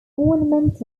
ornamented